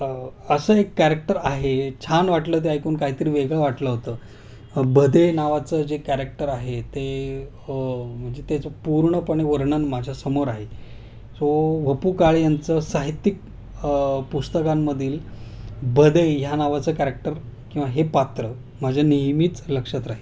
असं एक कॅरेक्टर आहे छान वाटलं ते ऐकून काहीतरी वेगळं वाटलं होतं भदे नावाचं जे कॅरेक्टर आहे ते म्हणजे त्याचं पूर्णपणे वर्णन माझ्यासमोर आहे सो व पु काळे यांचं साहित्यिक पुस्तकांमधील भदै ह्या नावाचं कॅरॅक्टर किंवा हे पात्र माझ्या नेहमीच लक्षात राहील